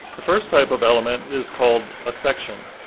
the first type of element is called, a section.